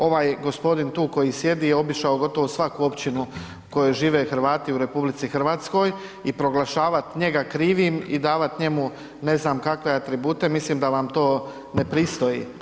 Ovaj gospodin tu koji sjedi je obišao gotovo svaku općinu u kojoj žive Hrvati u RH i proglašavat njega krivim i davat njemu ne znam kakve atribute mislim da vam to ne pristoji.